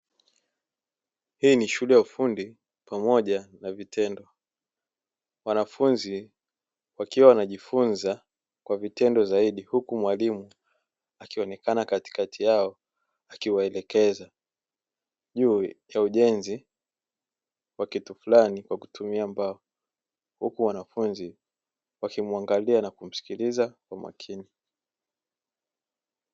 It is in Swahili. Hii ni shule ya ufundi pamoja na vitendo, wanafunzi wakiwa wanajifunza kwa vitendo zaidi, huku mwalimu akionekana katikati yao akiwaelekeza juu ya ujenzi wa kitu fulani kwa kutumia mbao, huku wanafunzi wakimwangalia na kumsikiliza kwa makini.